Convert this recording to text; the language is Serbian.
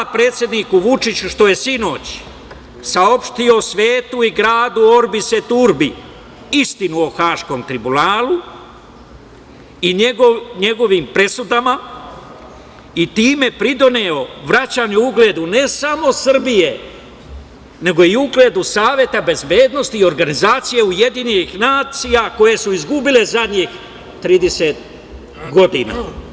Hvala predsedniku Vučiću što je sinoć saopštio svetu i gradu Orbis Turb istinu o Haškom tribunalu i njegovim presudama i time pridoneo vraćanje ugledu ne samo Srbije, nego i ugledu Saveta bezbednosti i organizacije UN koje su izgubile zadnjih 30 godina.